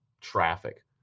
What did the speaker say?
traffic